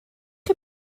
chi